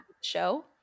Show